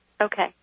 Okay